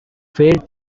failed